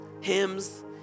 hymns